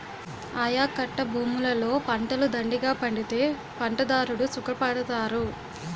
ఆయకట్టభూములలో పంటలు దండిగా పండితే పంటదారుడు సుఖపడతారు